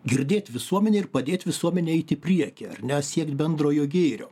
girdėt visuomenę ir padėt visuomenei eit į priekį ne siekt bendrojo gėrio